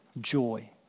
joy